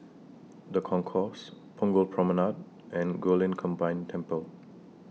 The Concourse Punggol Promenade and Guilin Combined Temple